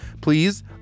please